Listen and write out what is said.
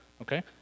Okay